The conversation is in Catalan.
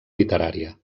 literària